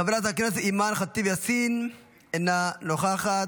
חברת אימאן ח'טיב יאסין, אינה נוכחת,